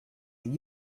and